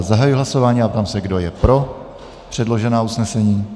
Zahajuji hlasování a ptám se, kdo je pro předložená usnesení.